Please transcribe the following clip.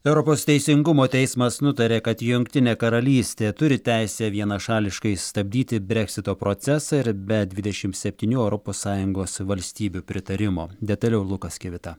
europos teisingumo teismas nutarė kad jungtinė karalystė turi teisę vienašališkai stabdyti breksito procesą ir be dvidešimt septynių europos sąjungos valstybių pritarimo detaliau lukas kivita